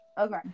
Okay